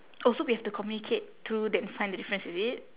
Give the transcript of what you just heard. oh so we have to communicate through then find the difference is it